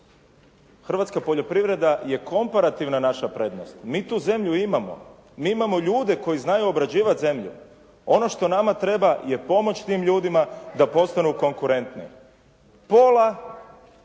Hrvatska poljoprivreda je komparativna naša prednost. Mi tu zemlju imamo. Mi imamo ljude koji znaju obrađivati zemlju. Ono što nama treba je pomoć tim ljudima da postanu konkurentni. Pola,